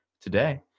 today